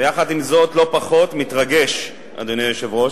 ויחד עם זה, לא פחות, מתרגש, אדוני היושב-ראש,